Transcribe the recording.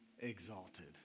Exalted